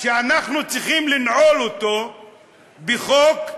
שאנחנו צריכים לנעול אותו בחוק עינויים.